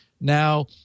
Now